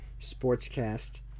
Sportscast